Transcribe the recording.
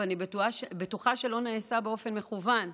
ואני בטוחה שלא נעשה באופן מכוון.